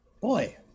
Boy